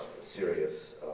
serious